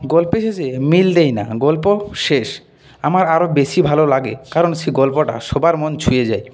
গল্পের শেষে মিললেই না গল্প শেষ আমার আরও বেশি ভালো লাগে কারণ সে গল্পটা সবার মন ছুঁয়ে যায়